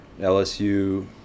LSU